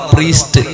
Priest